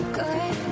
good